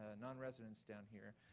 ah nonresidents down here,